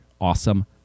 awesome